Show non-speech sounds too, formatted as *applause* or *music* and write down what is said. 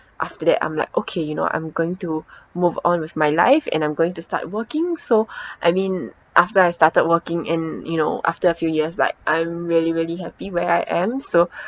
after that I'm like okay you know what I'm going to move on with my life and I'm going to start working so *breath* I mean after I started working and you know after a few years like I'm really really happy where I am so